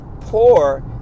Poor